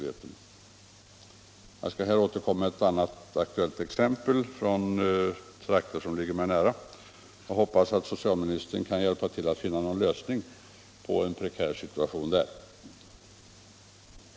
Jag skall i detta avseende återkomma med ett aktuellt exempel från mina hemtrakter, och jag hoppas att socialministern kan hjälpa till att finna någon lösning på en prekär situation där.